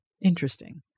interesting